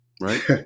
Right